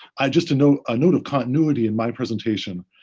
just a note ah note of continuity in my presentation,